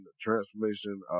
transformation